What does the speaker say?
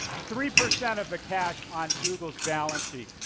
three percent of the cash on google's balance sheet.